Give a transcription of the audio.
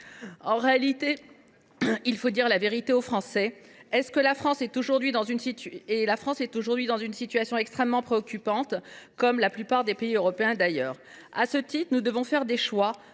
en cumul. Il faut dire la vérité aux Français. La réalité, c’est que la France se trouve aujourd’hui dans une situation extrêmement préoccupante, comme la plupart des pays européens d’ailleurs. À ce titre, nous devons faire des choix,